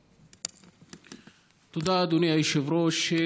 תודה, אדוני היושב-ראש.